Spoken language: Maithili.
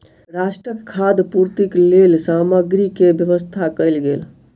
राष्ट्रक खाद्य पूर्तिक लेल सामग्री के व्यवस्था कयल गेल